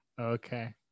Okay